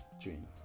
Dream